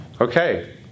okay